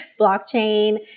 blockchain